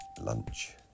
lunch